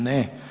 Ne.